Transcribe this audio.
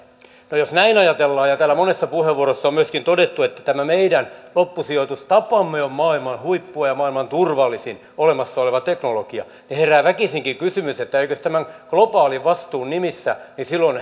no jos näin ajatellaan ja täällä monessa puheenvuorossa on myöskin todettu että tämä meidän loppusijoitustapamme on maailman huippua ja maailman turvallisin olemassa oleva teknologia niin herää väkisinkin kysymys että eikös tämän globaalin vastuun nimissä silloin